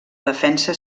defensa